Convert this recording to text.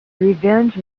revenge